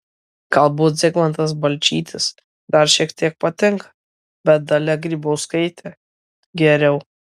galbūt zigmantas balčytis dar šiek tiek patinka bet dalia grybauskaitė geriau